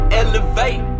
elevate